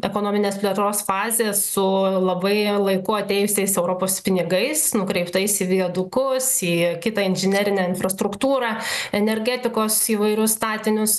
ekonominės plėtros fazė su labai laiku atėjusiais europos pinigais nukreiptais į viadukus į kitą inžinerinę infrastruktūrą energetikos įvairius statinius